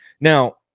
Now